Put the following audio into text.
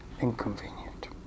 inconvenient